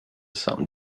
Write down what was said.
some